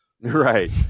right